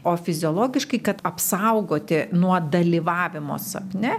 o fiziologiškai kad apsaugoti nuo dalyvavimo sapne